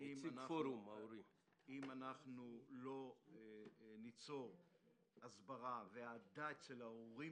אם אנחנו לא ניצור הסברה ואהדה אצל ההורים